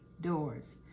Doors